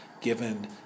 given